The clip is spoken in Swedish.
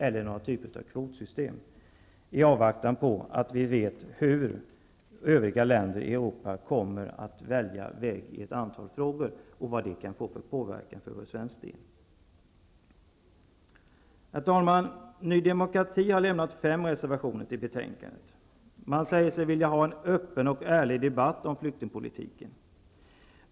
Vi måste avvakta tills vi vet hur övriga länder i Europa kommer att välja väg i ett antal frågor och vad det kan ha för påverkan för svensk del. Herr talman! Ny demokrati har fogat fem reservationer till betänkandet. Man säger sig vilja ha en öppen och ärlig debatt om flyktingpolitiken.